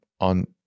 on